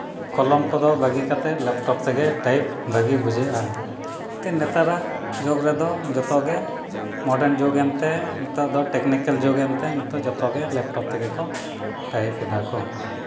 ᱠᱚᱞᱚᱢ ᱠᱚᱫᱚ ᱵᱟᱹᱜᱤ ᱠᱟᱛᱮ ᱞᱮᱯᱴᱚᱯ ᱛᱮᱜᱮ ᱴᱟᱭᱤᱯ ᱵᱷᱟᱹᱜᱤ ᱵᱩᱡᱷᱟᱹᱜᱼᱟ ᱛᱚ ᱱᱮᱛᱟᱨᱟᱜ ᱡᱩᱜᱽ ᱨᱮᱫᱚ ᱡᱚᱛᱚ ᱜᱮ ᱢᱚᱨᱰᱟᱱ ᱡᱩᱜᱽ ᱮᱱᱛᱮ ᱱᱤᱛᱚᱜ ᱫᱚ ᱴᱮᱠᱱᱤᱠᱮᱞ ᱡᱩᱜᱽ ᱮᱱᱛᱮ ᱱᱤᱛᱚᱜ ᱡᱚᱛᱚ ᱜᱮ ᱞᱮᱴᱚᱯ ᱛᱮᱜᱮ ᱠᱚ ᱴᱟᱭᱤᱯ ᱮᱫᱟᱠᱚ